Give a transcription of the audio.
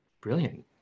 brilliant